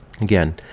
Again